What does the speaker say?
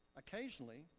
occasionally